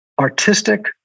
Artistic